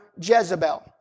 Jezebel